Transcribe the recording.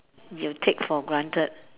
you take for granted